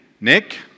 Nick